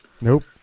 Nope